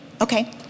Okay